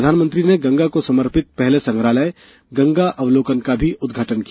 प्रधानमंत्री ने गंगा को समर्पित पहले संग्रहालय गंगा अवलोकन का भी उद्घाटन किया